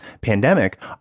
pandemic